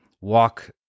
walk